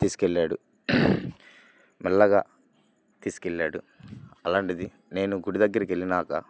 తీసుకెళ్లాడు మెల్లగా తీసుకెళ్లాడు అలాంటిది నేను గుడి దగ్గరికి వెళ్ళాక